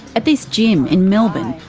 at this gym in melbourne,